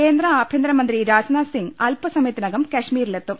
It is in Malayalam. കേന്ദ്ര ആഭ്യന്തരമന്ത്രി രാജ്നാഥ് സിങ് അല്പസമയത്തി നകം കശ്മീരിലെത്തും